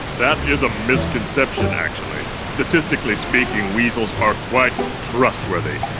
that is a misconception, actually. statistically speaking, weasels are quite trustworthy.